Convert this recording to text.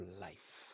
life